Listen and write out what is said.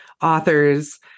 authors